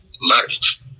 marriage